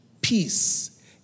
peace